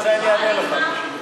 זה, אני אענה לך.